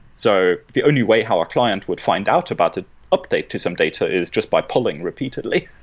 so the only way how our client would find out about an update to some data is just by pulling repeatedly.